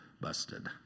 busted